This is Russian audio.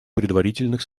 предварительных